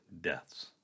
deaths